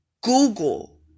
Google